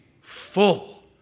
full